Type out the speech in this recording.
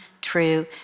true